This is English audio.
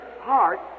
heart